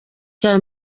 cya